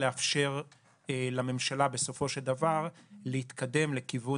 לאפשר לממשלה בסופו של דבר להתקדם לכיוון